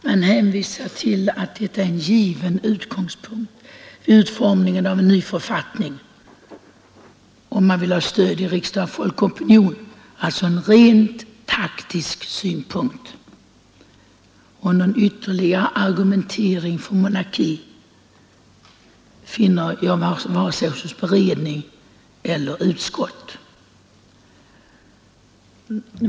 Man hänvisar till att detta är en given utgångspunkt vid utformningen av en ny författning, om man vill ha stöd i riksdag och folkopinion, alltså en rent taktisk synpunkt. Någon ytterligare argumentering för sin ståndpunkt har vare sig beredning eller utskott.